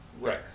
Right